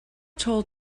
told